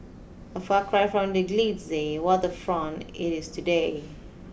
a far cry from the glitzy waterfront it is today